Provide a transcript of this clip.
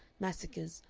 massacres,